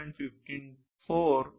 15